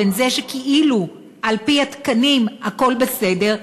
בין זה שכאילו על-פי התקנים הכול בסדר,